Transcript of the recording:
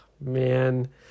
man